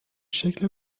شکل